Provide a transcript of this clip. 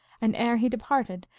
and, ere he de parted,